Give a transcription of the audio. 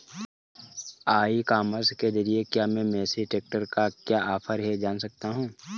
ई commerce के ज़रिए क्या मैं मेसी ट्रैक्टर का क्या ऑफर है जान सकता हूँ?